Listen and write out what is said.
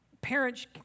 Parents